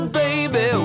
baby